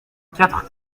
quatre